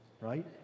right